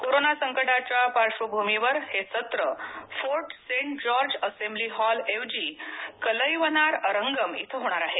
corona संकटाच्या पार्श्वभूमीवर हे सत्र Fort Saint George assembly hall ऐवजी कलईवनार अरंगम इथं होणार आहे